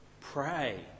pray